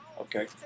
Okay